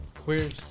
queers